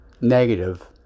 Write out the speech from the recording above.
negative